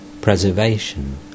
preservation